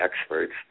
experts